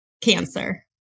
cancer